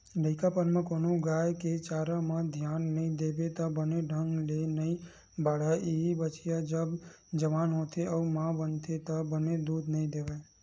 लइकापन म कोनो गाय के चारा म धियान नइ देबे त बने ढंग ले नइ बाड़हय, इहीं बछिया जब जवान होथे अउ माँ बनथे त बने दूद नइ देवय